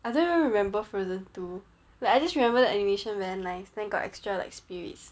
I don't even remember frozen two like I just remember the animation very nice then got extra like spirits